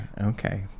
okay